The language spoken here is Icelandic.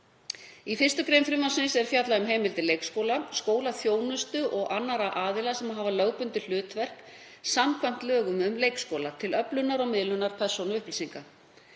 Í 1. gr. frumvarpsins er fjallað um heimildir leikskóla, skólaþjónustu og annarra aðila sem hafa lögbundið hlutverk samkvæmt lögum um leikskóla, nr. 90/2008, til öflunar og miðlunar persónuupplýsinga.